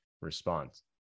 response